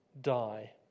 die